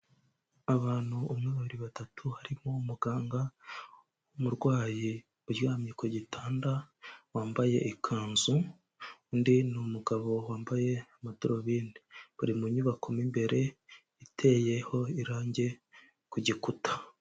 Abantu umwe babiri batatu, harimo umuganga, umurwayi uryamye ku gitanda wambaye ikanzu, undi ni umugabo wambaye amadarubindi, bari mu nyubako mo imbere iteyeho irange ku gikuta.